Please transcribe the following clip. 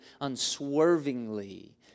unswervingly